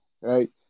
Right